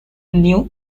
new